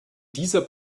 dieser